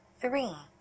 three